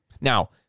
Now